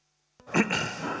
arvoisa